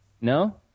No